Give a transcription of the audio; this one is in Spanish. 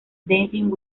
dancing